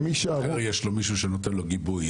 אם יש לו מישהו שנותן לו גיבוי,